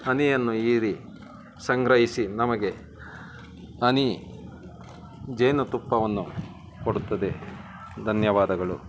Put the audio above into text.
ಹನಿಯನ್ನು ಹೀರಿ ಸಂಗ್ರಹಿಸಿ ನಮಗೆ ಅನಿ ಜೇನುತುಪ್ಪವನ್ನು ಕೊಡುತ್ತದೆ ಧನ್ಯವಾದಗಳು